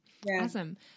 Awesome